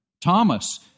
Thomas